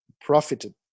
profited